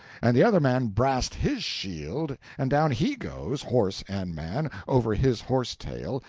and the other man brast his shield, and down he goes, horse and man, over his horse-tail,